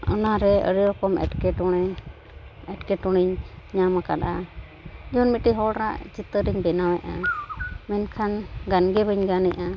ᱚᱱᱟᱨᱮ ᱟᱹᱰᱤ ᱨᱚᱠᱚᱢ ᱮᱴᱠᱮᱴᱚᱬᱮ ᱮᱴᱠᱮᱴᱚᱬᱮᱧ ᱧᱟᱢ ᱟᱠᱟᱫᱟ ᱡᱮᱢᱚᱱ ᱢᱤᱫᱡᱴᱤᱡ ᱦᱚᱲᱟᱜ ᱪᱤᱛᱟᱹᱨᱤᱧ ᱵᱮᱱᱟᱣᱮᱫᱼᱟ ᱢᱮᱱᱠᱷᱟᱱ ᱜᱟᱱᱜᱮ ᱵᱟᱹᱧ ᱜᱟᱱᱮᱫᱼᱟ